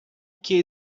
que